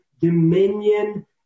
dominion